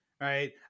right